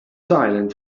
silent